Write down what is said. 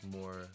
more